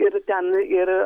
ir ten ir